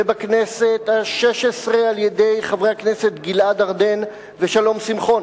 ובכנסת השש-עשרה על-ידי חברי הכנסת גלעד ארדן ושלום שמחון,